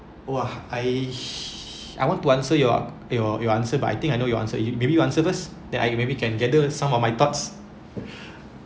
!wah! I h~ I want to answer your your your answer but I think I know your answer you maybe you answer first then maybe can gather some of my thoughts